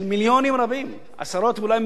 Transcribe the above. עשרות ואולי מאות מיליונים של מס שבח.